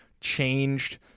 changed